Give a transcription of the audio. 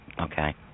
okay